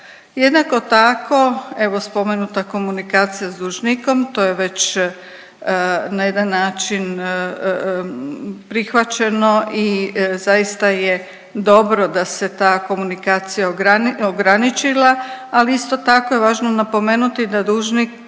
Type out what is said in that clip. Jednako tako evo spomenuta komunikacija s dužnikom, to je već na jedan način prihvaćeno i zaista je dobro da se za komunikacija ograničila, ali isto tako je važno napomenuti da dužnika